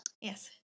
Yes